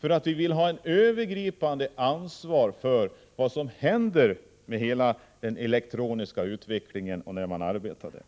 ta ett övergripande ansvar för hela den elektroniska utvecklingen inom arbetslivet.